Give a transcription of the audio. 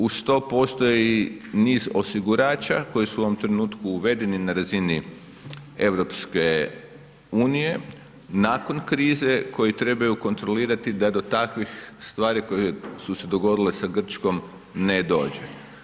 Uz to postoji i niz osigurača koji su u ovom trenutku uvedeni na razini Europske unije nakon krize koji trebaju kontrolirati da do takvih stvari koje su se dogodile sa Grčkom ne dođe.